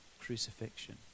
Crucifixion